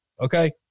Okay